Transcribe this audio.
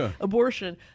abortion